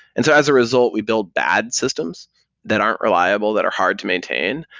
and as a result, we build bad systems that aren't reliable that are hard to maintain,